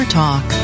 talk